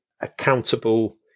accountable